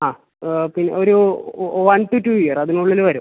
ആ ഒരു one to two year അതിന് ഉള്ളിൽ വരും